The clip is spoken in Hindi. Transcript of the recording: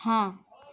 हाँ